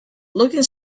looking